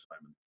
Simon